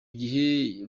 gihe